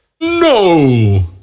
No